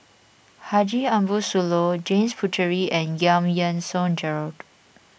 Haji Ambo Sooloh James Puthucheary and Giam Yean Song Gerald